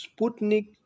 Sputnik